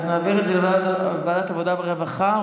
אז נעביר את זה לוועדת העבודה והרווחה.